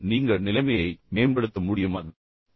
இப்போது நீங்கள் நிலைமையை மேம்படுத்த முடியுமா